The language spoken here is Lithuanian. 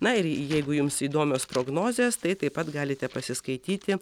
na ir jeigu jums įdomios prognozės tai taip pat galite pasiskaityti